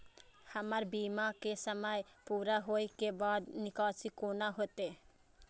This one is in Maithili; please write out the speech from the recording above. हमर बीमा के समय पुरा होय के बाद निकासी कोना हेतै?